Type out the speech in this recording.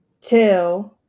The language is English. two